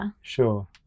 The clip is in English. Sure